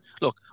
look